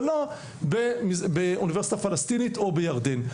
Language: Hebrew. ולא באוניברסיטה פלסטינית או בירדן.